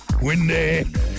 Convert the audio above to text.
Windy